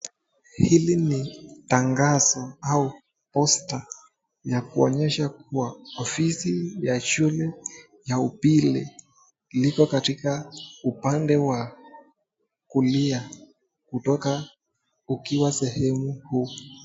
Hili ni tangazo au posta ya kuonyesha kuwa ofisi ya shule ya upili liko katika upande wa kulia kutoka ukiwa sehemu huu.